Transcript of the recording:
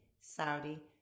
Saudi